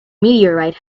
meteorite